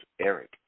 Eric